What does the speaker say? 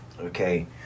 Okay